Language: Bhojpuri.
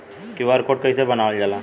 क्यू.आर कोड कइसे बनवाल जाला?